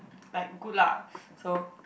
like good lah so